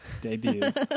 Debuts